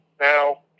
Now